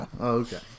Okay